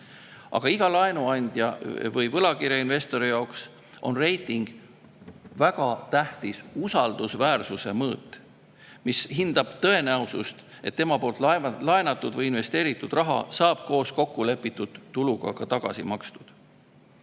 Aga iga laenuandja või võlakirjainvestori jaoks on reiting väga tähtis usaldusväärsuse mõõt, mis hindab tõenäosust, et tema laenatud või investeeritud raha saab koos kokkulepitud tuluga ka tagasi makstud.